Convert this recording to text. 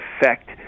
effect